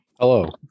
Hello